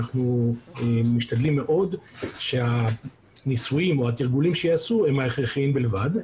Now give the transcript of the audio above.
אנחנו משתדלים מאוד שהניסויים או התרגולים שייעשו הם ההכרחיים בלבד.